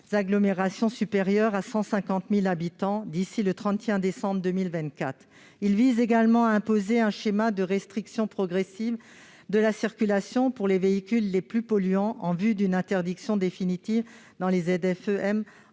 agglomérations de plus de 150 000 habitants d'ici au 31 décembre 2024. Il prévoit également d'imposer un schéma de restriction progressive de la circulation des véhicules les plus polluants en vue d'une interdiction définitive dans les ZFE-m